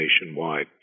nationwide